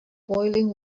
boiling